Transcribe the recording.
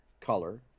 color